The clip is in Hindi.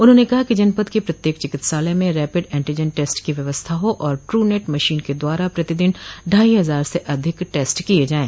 उन्होंने कहा कि जनपद के प्रत्येक चिकित्सालय में रैपिड एनटीजंन टेस्ट की व्यवस्था हो और ट्रूनेट मशीन के द्वारा प्रतिदिन ढाई हजार से अधिक टेस्ट किये जाये